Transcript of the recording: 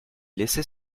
laissait